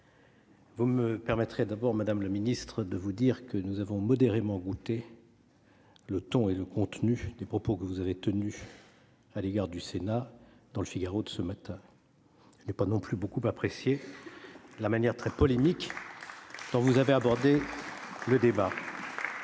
vous me permettrez tout d'abord de vous dire que nous avons modérément goûté le ton et le contenu des propos que vous avez tenus à l'égard du Sénat dans de ce matin. Je n'ai pas non plus beaucoup apprécié la manière très polémique dont vous avez abordé le débat.